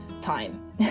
time